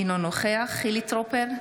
אינו נוכח חילי טרופר,